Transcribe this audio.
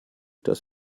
dass